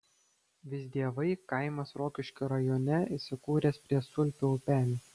visdievai kaimas rokiškio rajone įsikūręs prie sulpio upelio